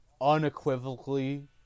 unequivocally